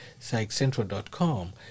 psychcentral.com